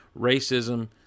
racism